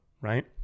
Right